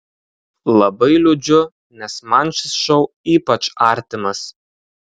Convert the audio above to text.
labai liūdžiu nes man šis šou ypač artimas